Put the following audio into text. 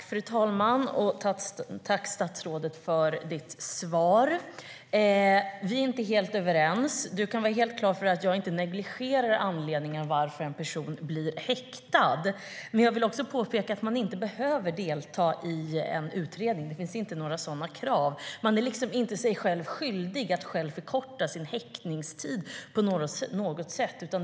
Fru talman! Jag tackar statsrådet för svaret. Vi är inte helt överens. Statsrådet kan vara helt på det klara med att jag inte negligerar anledningen till att en person blir häktad. Men jag vill också påpeka att man inte behöver delta i en utredning. Det finns inte några sådana krav. Man är inte skyldig sig själv att förkorta sin egen häktningstid på något sätt.